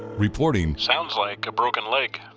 reporting sounds like a broken leg.